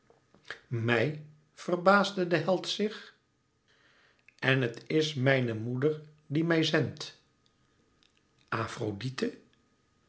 mij verbaasde de held zich en het is mijne moeder die mij zendt